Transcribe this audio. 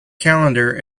calendar